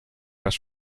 was